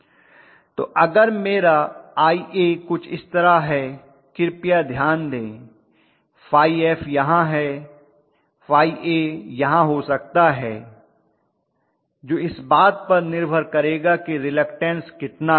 तो अगर मेरा Ia कुछ इस तरह है कृपया ध्यान दें ϕf यहाँ है ϕa यहाँ हो सकता है जो इस बात पर निर्भर करेगा कि रिलक्टन्स कितना है